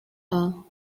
all